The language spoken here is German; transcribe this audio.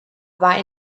war